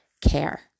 care